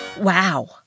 Wow